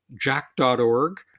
Jack.org